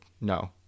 no